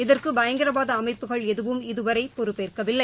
இதற்குபயங்கரவாதஅமைப்புகள் எதுவும் இதுவரைபொறுப்பேற்கவில்லை